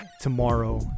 tomorrow